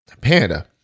Panda